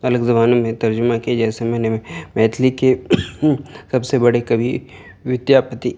الگ زبانوں میں ترجمہ کیا جیسے میں نے میں میتھلی کے سب سے بڑے کوی ودیاپتی